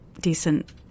decent